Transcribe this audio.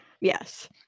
Yes